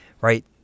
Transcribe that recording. right